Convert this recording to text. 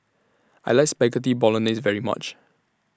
I like Spaghetti Bolognese very much